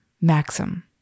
Maxim